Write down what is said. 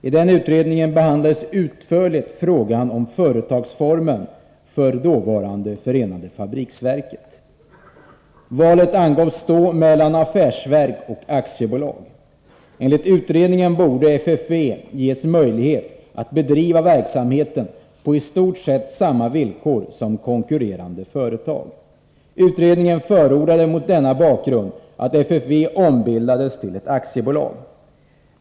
I den utredningen behandlades frågan om företagsformen för dåvarande Förenade Fabriksverken utförligt. Valet av företagsform angavs stå mellan affärsverk och aktiebolag. Enligt utredningen borde FFV ges möjlighet att bedriva verksamheten på i stort sett samma villkor som konkurrerande företag. Utredningen förordade mot denna bakgrund att FFV skulle ombildas till aktiebolag.